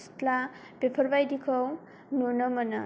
सिथ्ला बेफोरबायदिखौ नुनो मोनो